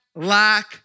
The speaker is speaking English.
lack